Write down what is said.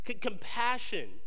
Compassion